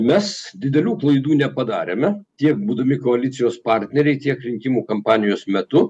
mes didelių klaidų nepadarėme tiek būdami koalicijos partneriai tiek rinkimų kampanijos metu